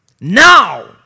Now